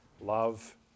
love